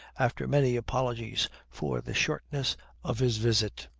after many apologies for the shortness of his visit.